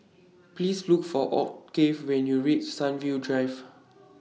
Please Look For Octave when YOU REACH Sunview Drive